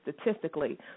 statistically